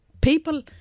people